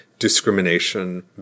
discrimination